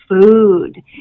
food